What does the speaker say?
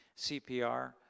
CPR